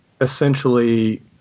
essentially